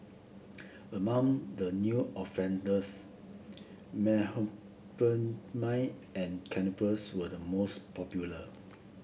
among the new offenders and cannabis were the most popular